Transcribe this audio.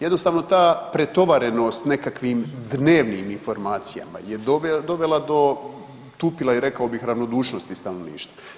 Jednostavno ta pretovarenost nekakvim dnevnim informacija je dovela do tupila i rekao bih ravnodušnosti stanovništva.